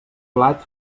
blat